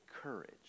courage